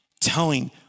telling